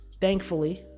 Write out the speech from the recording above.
thankfully